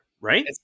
right